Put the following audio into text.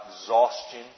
exhaustion